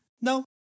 No